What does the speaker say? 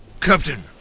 Captain